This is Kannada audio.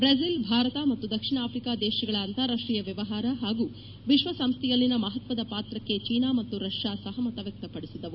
ಬೆಜಿಲ್ ಭಾರತ ಮತ್ತು ದಕ್ಷಿಣ ಅಫ್ರಿಕಾ ದೇಶಗಳ ಅಂತಾರಾಷ್ಟೀಯ ವ್ಯವಹಾರ ಹಾಗೂ ವಿಶ್ಲಸಂಸ್ದೆಯಲ್ಲಿನ ಮಹತ್ವದ ಪಾತ್ರಕ್ಕೆ ಚೀನಾ ಮತ್ತು ರಷ್ಯಾ ಸಹಮತ ವ್ಯಕ್ತಪದಿಸಿದವು